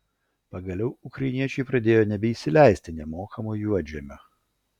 pagaliau ukrainiečiai pradėjo nebeįsileisti nemokamo juodžemio